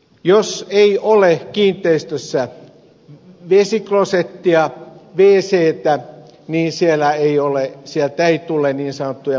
jos ei ole kiinteistössä vesiklosettia wctä niin sieltä ei tule niin sanottuja mustia jätevesiä